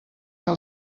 que